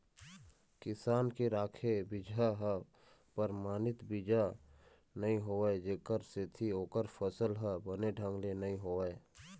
किसान के राखे बिजहा ह परमानित बीजा नइ होवय जेखर सेती ओखर फसल ह बने ढंग ले नइ होवय